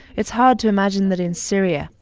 it's hard to imagine that in syria,